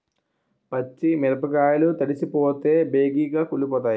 పచ్చి మిరపకాయలు తడిసిపోతే బేగి కుళ్ళిపోతాయి